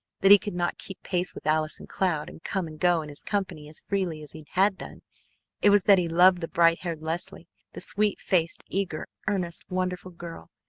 that he could not keep pace with allison cloud and come and go in his company as freely as he had done it was that he loved the bright-haired leslie, the sweet-faced, eager, earnest, wonderful girl.